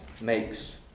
makes